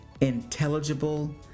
intelligible